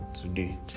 today